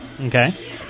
Okay